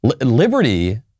Liberty